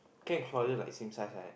Claire and Claudia like same size right